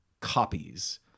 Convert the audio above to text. copies